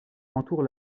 entoure